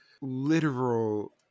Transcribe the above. literal